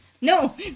no